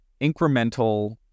incremental